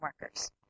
workers